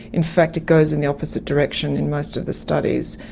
in fact it goes in the opposite direction in most of the studies,